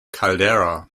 caldera